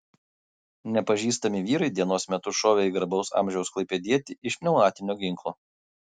nepažįstami vyrai dienos metu šovė į garbaus amžiaus klaipėdietį iš pneumatinio ginklo